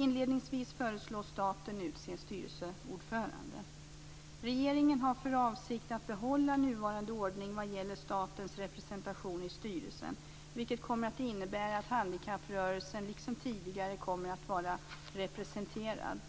Inledningsvis föreslås staten utse styrelseordförande. Regeringen har för avsikt att behålla nuvarande ordning vad gäller statens representation i styrelsen, vilket kommer att innebära att handikapprörelsen liksom tidigare kommer att vara representerad.